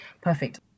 perfect